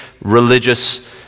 Religious